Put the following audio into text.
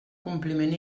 compliment